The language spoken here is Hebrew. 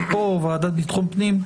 פה או בוועדת לביטחון פנים,